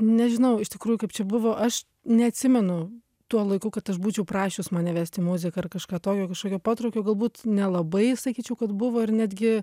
nežinau iš tikrųjų kaip čia buvo aš neatsimenu tuo laiku kad aš būčiau prašius mane vest į muziką ar kažką tokio kažkokio potraukio galbūt nelabai sakyčiau kad buvo ir netgi